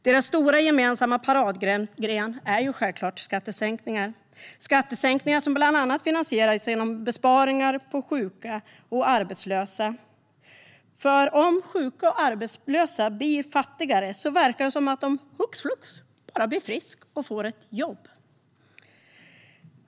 Deras stora gemensamma paradgren är självklart skattesänkningar, som bland annat finansieras genom besparingar på sjuka och arbetslösa. Om sjuka och arbetslösa blir fattigare verkar det nämligen som om de - hux flux! - bara blir friska och får jobb.